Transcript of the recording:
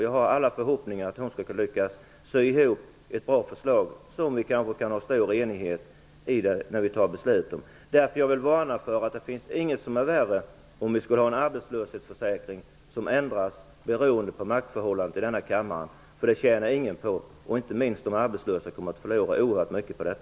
Jag har alla förhoppningar att hon skall lyckas sy ihop ett bra förslag som vi kanske med stor enighet skall kunna fatta beslut om. Jag vill komma med en varning. Ingenting vore värre än en arbetslöshetsförsäkring som ändras beroende på maktförhållandet i denna kammare. Det tjänar ingen på. Inte minst de arbetslösa skulle förlora oerhört mycket på det.